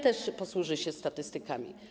Też posłużę się statystykami.